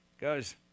Goes